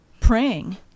praying